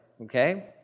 okay